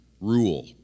rule